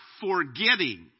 forgetting